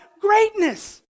greatness